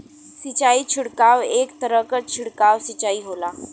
सिंचाई छिड़काव एक तरह क छिड़काव सिंचाई होला